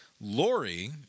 Lori